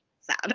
sad